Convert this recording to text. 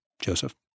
Joseph